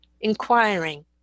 inquiring